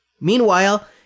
Meanwhile